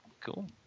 Cool